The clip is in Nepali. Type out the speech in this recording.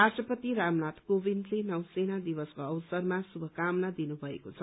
राष्ट्रपति रामनाथ कोविन्दले नौसेना दिवसको अवसरमा शृभकामना दिनुभएको छ